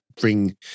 bring